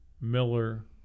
Miller